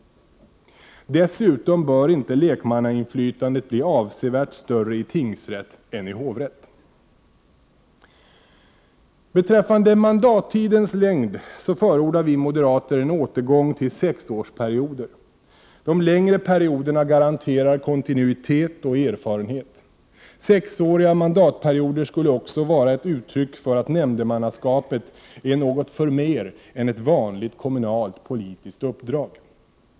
Dessutom bör inte lekmannainflytandet bli avsevärt större i tingsrätt än i hovrätt. Beträffande mandattidens längd förordar vi moderater en återgång till sexårsperioder. De längre perioderna garanterar kontinuitet och erfarenhet. Sexåriga mandatperioder skulle också vara ett uttryck för att nämndemannaskapet är något förmer än ett vanligt kommunalt politiskt uppdrag.